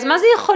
מה זה יכולות?